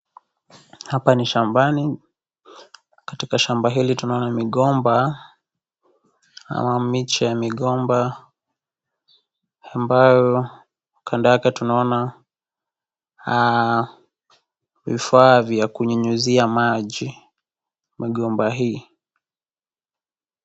Hapa ni shambani. Katika shamba hili tunaona migomba ama miche ya migomba ambayo kando yake tunaona vifaa vya kunyunyuzia maji migomba hii.